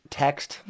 text